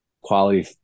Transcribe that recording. quality